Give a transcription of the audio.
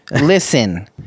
listen